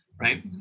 right